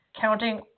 counting